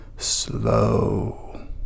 Slow